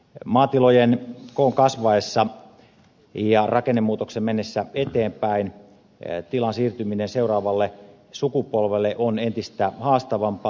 maatilojen koon kasvaessa ja rakennemuutoksen mennessä eteenpäin tilan siirtyminen seuraavalle sukupolvelle on entistä haastavampaa